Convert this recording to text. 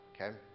Okay